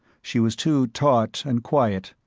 she was too taut and quiet,